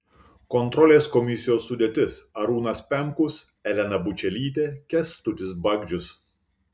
kontrolės komisijos sudėtis arūnas pemkus elena bučelytė kęstutis bagdžius